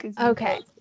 Okay